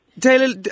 Taylor